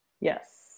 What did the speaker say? Yes